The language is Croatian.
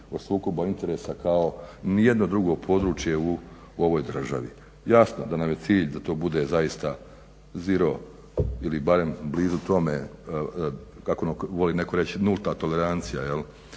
od sukoba interesa kao nijedno drugo područje u ovoj državi. Jasno da nam je cilj da to bude zaista zero ili barem blizu tome, kako ono voli netko reći nulta tolerancija